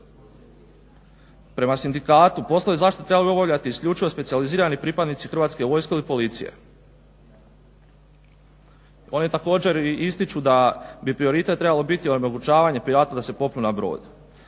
Prema sindikatu, poslove zaštite trebaju obavljati isključivo specijalizirani pripadnici Hrvatske vojske ili Policije. Oni također i ističu da bi prioritet trebalo biti omogućavanje piratu da se popne na brod.